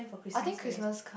I think Christmas